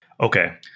Okay